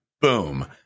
Boom